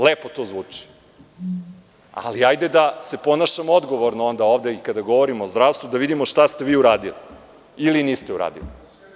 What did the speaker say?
Lepo to zvuči, ali hajde da se ponašamo odgovorno ovde kada govorimo o zdravstvu i da vidimo šta ste vi uradili ili niste uradili.